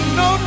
no